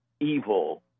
evil